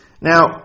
Now